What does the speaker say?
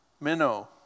minnow